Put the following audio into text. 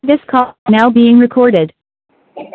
this call now being recorded